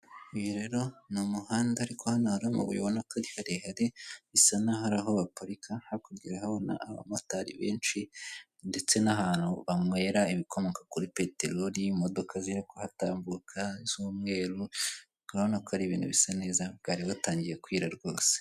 Uyu rero ni umuhanda ariko hano hari amabuye ubona ko ari karehare, bisa n'aho ari aho baparika, hakurya urahabona abamotari benshi, ndetse n'ahantu banywera ibikomoka kuri peteroli, imodoka ziri kuhatambuka z'umweru, urabona ko ari ibintu bisa neza, bwari butangiye kwira rwose.